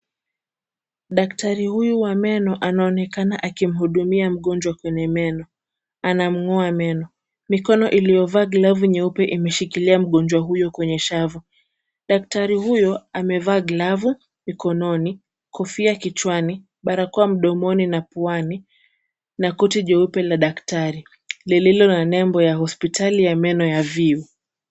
Daktari huyu wa meno anaonekana akimhudumia mgonjwa kwenye meno, anamg'oa meno. Mikono iliyovaa glavu nyeupe imeshikilia mgonjwa huyo kwenye shavu. Daktari huyo amevaa glavu mkononi, kofia kichwani, barakoa midomoni na puani na koti jeupe la daktari lililo na nembo ya hosipitali ya meno ya View .